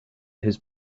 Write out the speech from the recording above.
his